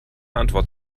antwort